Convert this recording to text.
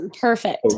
perfect